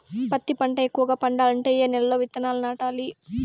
పత్తి పంట ఎక్కువగా పండాలంటే ఏ నెల లో విత్తనాలు నాటాలి?